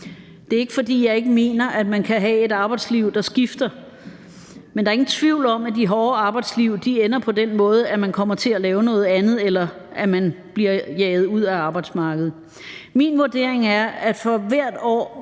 Det er ikke, fordi jeg ikke mener, at man kan have et arbejdsliv, der skifter, men der er ingen tvivl om, at de hårde arbejdsliv ender på den måde, at man kommer til at lave noget andet, eller at man bliver jaget ud af arbejdsmarkedet. Min vurdering er, at for hvert år